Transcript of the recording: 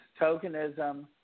Tokenism